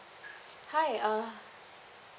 hi uh